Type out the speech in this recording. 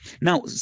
Now